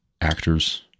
actors